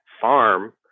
farm